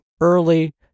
early